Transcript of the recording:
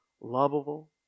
lovable